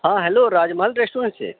ہاں hello Raj Mahal restaurant سے